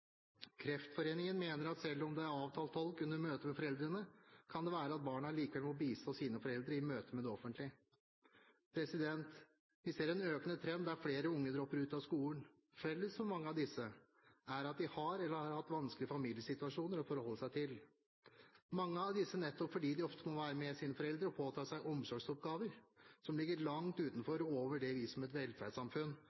Kreftforeningen mener at selv om det er avtalt tolk under møtet med foreldrene, kan det være at barna likevel må bistå sine foreldre i møte med det offentlige. Vi ser en økende trend der flere unge dropper ut av skolen. Felles for mange av disse er at de har eller har hatt vanskelige familiesituasjoner å forholde seg til – mange av disse nettopp fordi de ofte må være med sine foreldre og påta seg omsorgsoppgaver som ligger langt